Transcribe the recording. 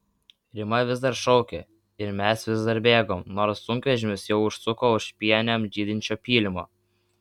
rima vis dar šaukė ir mes vis dar bėgom nors sunkvežimis jau užsuko už pienėm žydinčio pylimo